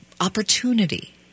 opportunity